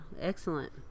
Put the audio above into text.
excellent